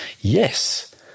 yes